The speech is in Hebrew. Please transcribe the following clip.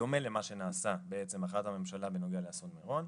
בדומה למה שנעשה בהחלטת הממשלה בנוגע לאסון מירון,